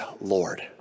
Lord